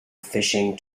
fishing